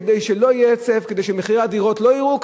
כדי שלא יהיה היצף כדי שמחירי הדירות לא ירדו,